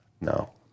no